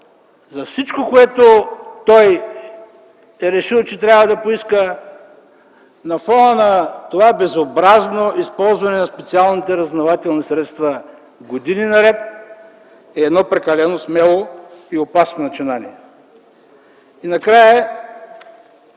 за всичко, което той е решил, че трябва да поиска на фона на това безобразно използване на специалните разузнавателни средства години наред, е едно прекалено смело и опасно начинание. И накрая,